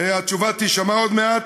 התשובה תישמע עוד מעט,